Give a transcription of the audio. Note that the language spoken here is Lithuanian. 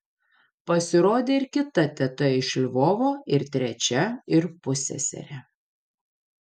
pasirodė ir kita teta iš lvovo ir trečia ir pusseserė